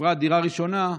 ובפרט דירה ראשונה.